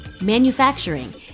manufacturing